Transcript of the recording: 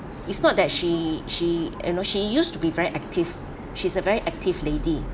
it's not that she she you know she used to be very active she's a very active lady